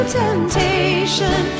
temptation